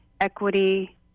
equity